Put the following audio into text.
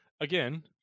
Again